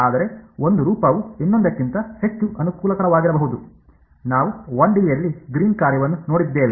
ಆದರೆ ಒಂದು ರೂಪವು ಇನ್ನೊಂದಕ್ಕಿಂತ ಹೆಚ್ಚು ಅನುಕೂಲಕರವಾಗಿರಬಹುದು ನಾವು 1 ಡಿ ಯಲ್ಲಿ ಗ್ರೀನ್ ಕಾರ್ಯವನ್ನು ನೋಡಿದ್ದೇವೆ